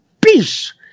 peace